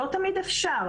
לא תמיד אפשר,